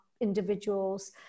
individuals